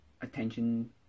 attention